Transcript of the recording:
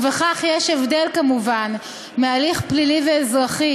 ובכך יש הבדל כמובן מהליך פלילי ואזרחי